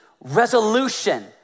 resolution